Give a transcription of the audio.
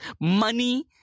money